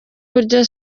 burya